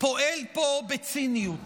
פועל פה בציניות.